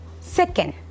second